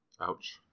Ouch